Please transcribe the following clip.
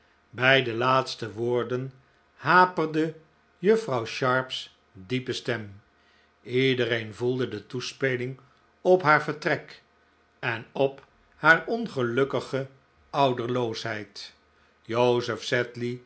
bij de laatste woorden haperde juffrouw sharp's diepe stem iedereen voelde de toespeling op haar vertrek en op haar ongelukkige ouderloosheid joseph